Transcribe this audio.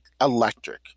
Electric